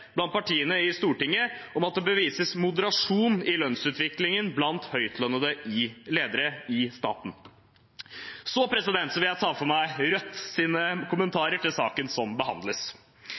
blant partiene på Stortinget om at det bør vises moderasjon i lønnsutviklingen blant høytlønnede ledere i staten». Så vil jeg ta for meg Rødts kommentarer til saken som behandles.